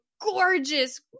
gorgeous